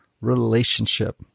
relationship